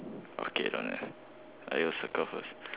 okay don't have !aiyo! circle first